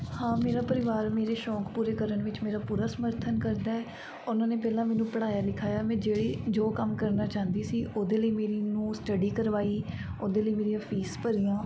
ਹਾਂ ਮੇਰਾ ਪਰਿਵਾਰ ਮੇਰੇ ਸ਼ੌਂਕ ਪੂਰੇ ਕਰਨ ਵਿੱਚ ਮੇਰਾ ਪੂਰਾ ਸਮਰਥਨ ਕਰਦਾ ਉਹਨਾਂ ਨੇ ਪਹਿਲਾਂ ਮੈਨੂੰ ਪੜ੍ਹਾਇਆ ਲਿਖਿਆ ਮੈਂ ਜਿਹੜੇ ਜੋ ਕੰਮ ਕਰਨਾ ਚਾਹੁੰਦੀ ਸੀ ਉਹਦੇ ਲਈ ਮੇਰੀ ਨੂੰ ਸਟਡੀ ਕਰਵਾਈ ਉਹਦੇ ਲਈ ਮੇਰੀ ਫੀਸ ਭਰੀਆਂ